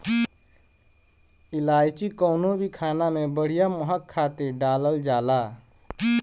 इलायची कवनो भी खाना में बढ़िया महक खातिर डालल जाला